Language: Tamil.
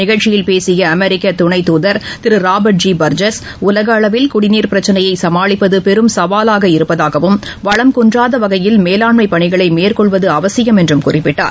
நிகழ்ச்சியில் பேசிய அமெரிக்க துணை துதர் திரு ராபர்ட் ஜி பர்ஜஸ் உலக அளவில் குடிநீர் பிரச்சினைய சமாளிப்பது பெரும் சவாலாக இருப்பதாகவும் வளம் குன்றாத வகையில் மேலாண்மை பணிகளை மேற்கொள்வது அவசியம் என்றும் குறிப்பிட்டார்